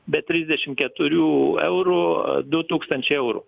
be trisdešimt keturių eurų du tūkstančiai eurų